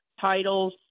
titles